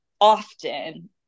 often